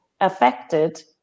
affected